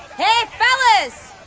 hey fellas!